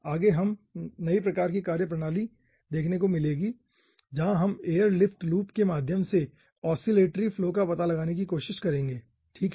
आगे हमें नई प्रकार की कार्यप्रणाली देखने को मिलेगी जहां हम एयर लिफ्ट लूप के माध्यम से ऑसिलेटरी फ्लो का पता लगाने की कोशिश करेंगे ठीक है